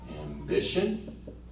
Ambition